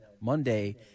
Monday –